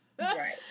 Right